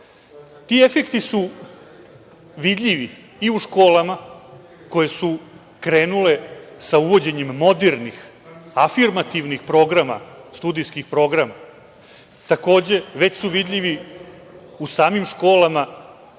Ti efekti su vidljivi i u školama koje su krenule sa uvođenjem modernih, afirmativnih studijskih programa. Takođe, već su vidljivi u samim školama